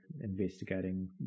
investigating